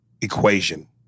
equation